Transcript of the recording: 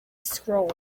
scroll